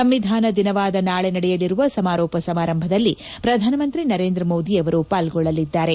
ಸಂವಿಧಾನ ದಿನವಾದ ನಾಳೆ ನಡೆಯಲಿರುವ ಸಮಾರೋಪ ಸಮಾರಂಭದಲ್ಲಿ ಪ್ರಧಾನ ಮಂತ್ರಿ ನರೇಂದ್ರ ಮೋದಿ ಅವರು ಪಾಲ್ಗೊಳ್ಳಲಿದ್ದಾರೆ